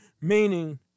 meaning